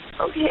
Okay